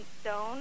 stone